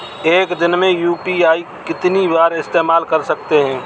एक दिन में यू.पी.आई का कितनी बार इस्तेमाल कर सकते हैं?